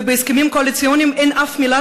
ובהסכמים הקואליציוניים אין אף מילה